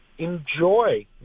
enjoy